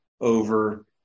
over